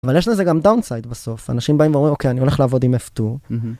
אבל יש לזה גם דאונסייד בסוף, אנשים באים ואומרים, אוקיי, אני הולך לעבוד עם F2.